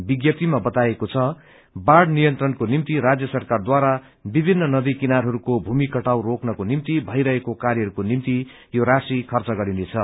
विज्ञप्तीमा बताइएको छ बाढ़ नियन्त्रणको निम्ति राजय सरकारद्वारा विभिन्न रदी किनारहरूको भूमि कटाव रोकनको निम्ति भइरहेको कार्यहरूको निम्ति यो राशि खन्न गरिनेछ